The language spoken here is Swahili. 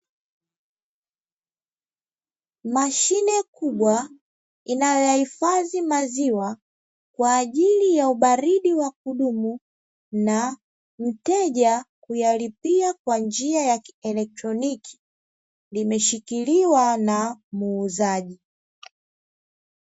Mashine kubwa inayoyahifadhi maziwa kwa ajili ya ubaridi wa kudumu na mteja huyalipia kwa njia ya kielektroniki, imeshikiliwa na muuzaji.